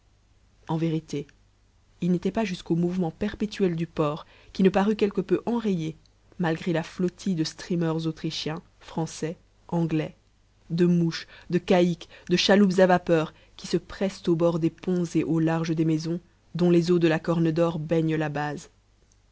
en vérité il n'était pas jusqu'au mouvement perpétuel du port qui ne parût quelque peu enrayé malgré la flottille de steamers autrichiens français anglais de mouches de caïques de chaloupes à vapeur qui se pressent aux abords des ponts et au large des maisons dont les eaux de la corne d'or baignent la base